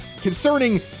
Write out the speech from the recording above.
concerning